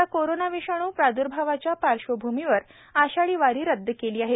यंदा कोरोना विषाणू प्रादुर्भावाच्या पार्श्वभूमीवर आषाढी वारी रद्द केली आहे